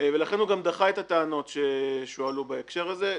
ולכן הוא גם דחה את הטענות שהועלו בהקשר הזה,